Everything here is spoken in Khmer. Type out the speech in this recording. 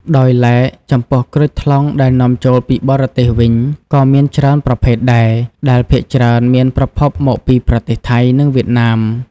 ដោយឡែក ចំពោះក្រូចថ្លុងដែលនាំចូលពីបរទេសវិញក៏មានច្រើនប្រភេទដែរ ដែលភាគច្រើនមានប្រភពមកពីប្រទេសថៃ និងវៀតណាម។